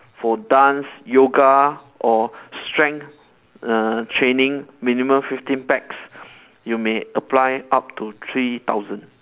for dance yoga or strength err training minimum fifteen pax you may apply up to three thousand